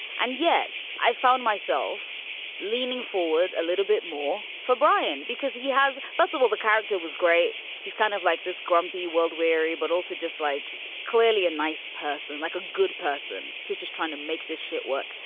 and yet i found myself leaning forward a little bit more for brian because he has fussible. the character was great. he's kind of like this grumpy world-weary. but also just like clearly a nice person, like a good person who's just trying to make this shit work.